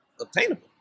Obtainable